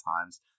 times